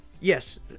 yes